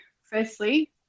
firstly